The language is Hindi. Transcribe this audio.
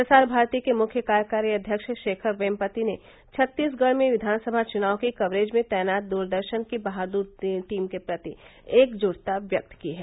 प्रसार भारती के मुख्य कार्यकारी अध्यक्ष शेखर बेमपति ने छत्तीसगढ में विधानसभा चुनाव की कवरेज में तैनात दूरदर्शन की बहादुर टीम के प्रति एकजुटता व्यक्त की है